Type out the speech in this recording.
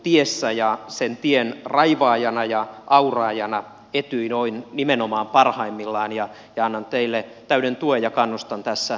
neuvottelutiessä ja sen tien raivaajana ja auraajana etyj on nimenomaan parhaimmillaan ja annan teille täyden tuen ja kannustan tässä työssä jatkamaan